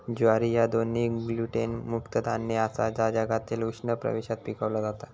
ज्वारी ह्या दोन्ही ग्लुटेन मुक्त धान्य आसा जा जगातील उष्ण प्रदेशात पिकवला जाता